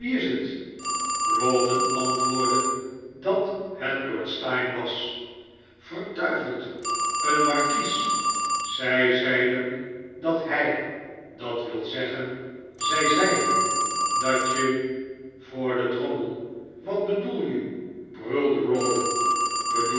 rawdon antwoordde dat het lord steyne was verduiveld een markies zij zeiden dat hij dat wil zeggen zij zeiden dat je voor den drommel wat bedoel je brulde rawdon bedoel